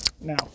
now